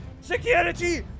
Security